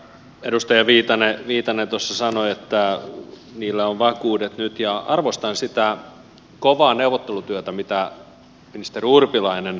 edustaja viitanen sanoi että niillä on vakuudet nyt ja arvostan sitä kovaa neuvottelutyötä jota ministeri urpilainen on tehnyt